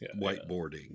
Whiteboarding